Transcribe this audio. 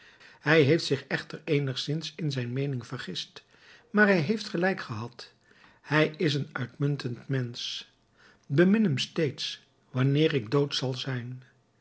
hij heeft zich echter eenigszins in zijn meening vergist maar hij heeft gelijk gehad hij is een uitmuntend mensch bemin hem steeds wanneer ik dood zal zijn